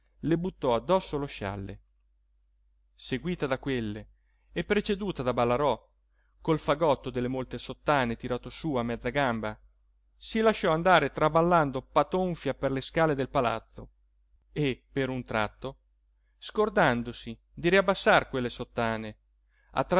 le buttò addosso lo scialle seguita da quelle e preceduta da ballarò col fagotto delle molte sottane tirato su a mezza gamba si lasciò andare traballando patonfia per la scala del palazzo e per un tratto scordandosi di riabbassar quelle sottane